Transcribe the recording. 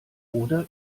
oder